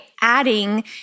adding